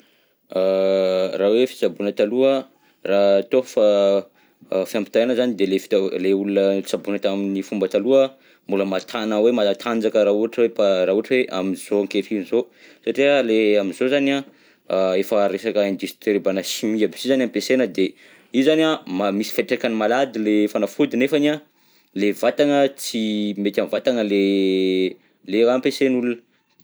Raha hoe fitsaboana taloha, raha atao fa- fampitahaina zany de ilay fitaova- le olona tsaboina tamin'ny fomba taloha mbola mahatana hoe matanjaka, raha ohatra hoe pa- raha ohatra hoe amizao ankehitriny zao, satria le amizao zany an, efa resaka industrie mbana chimie aby si zany ampiasaina, de misy fiantraikany malady fanafody nefany an le vatagna tsy mety amin'ny vatagna le le raha ampiasain'olona.